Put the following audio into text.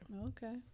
okay